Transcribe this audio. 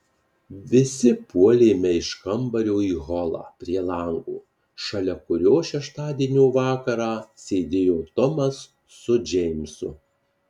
visi puolėme iš kambario į holą prie lango šalia kurio šeštadienio vakarą sėdėjo tomas su džeimsu